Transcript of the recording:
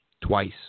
twice